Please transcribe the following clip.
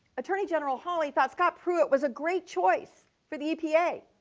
attorney general hawley thought scott pruitt was a great choice for the epa.